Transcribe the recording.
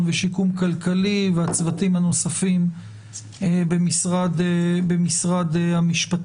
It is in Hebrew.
ושיקום כלכלי והצוותים הנוספים במשרד המשפטים,